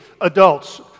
adults